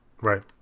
Right